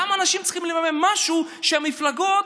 למה אנשים צריכים לממן משהו, כשהמפלגות